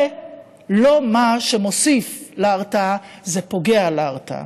זה לא מה שמוסיף להרתעה, זה פוגע בהרתעה.